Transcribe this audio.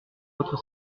votre